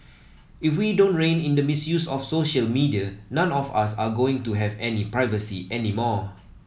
if we don't rein in the misuse of social media none of us are going to have any privacy anymore